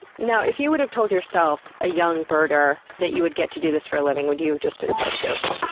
now, if you would have told yourself, a young birder, that you would get to do this for a living, would you have been so stoked?